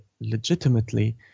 legitimately